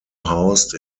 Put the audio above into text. housed